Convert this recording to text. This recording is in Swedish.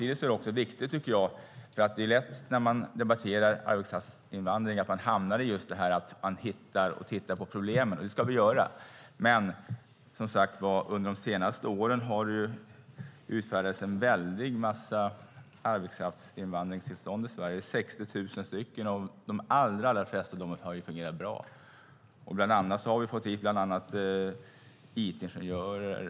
Det är lätt när man debatterar arbetskraftsinvandring att man hamnar i just att man hittar och tittar på problemen, och det ska vi göra. Men under de senaste åren har det utfärdats en väldig massa arbetskraftsinvandringstillstånd i Sverige, 60 000. De allra flesta av dem har fungerat bra. Bland annat har vi fått hit it-ingenjörer.